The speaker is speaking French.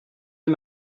les